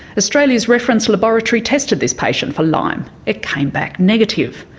australia's reference laboratory tested this patient for lyme. it came back negative.